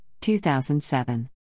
2007